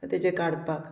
तेजे काडपाक